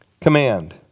command